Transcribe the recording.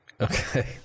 Okay